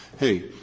hey,